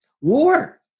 War